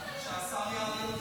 שהשר יעלה לדוכן.